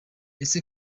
ese